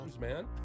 man